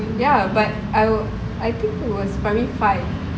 ya but I I think it was primary five